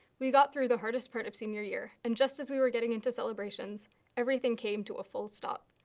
we got through the hardest part of senior year, and just as we were getting into celebrations everything came to a full stop.